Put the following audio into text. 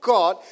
God